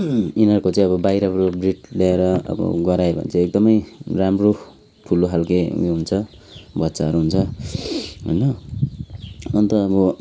यिनीहरूको चाहिँ अब बाहिरको ब्रिड ल्याएर अब गरायो भने चाहिँ एकदमै राम्रो ठुलो खालके उयो हुन्छ बच्चाहरू हुन्छ होइन अन्त अब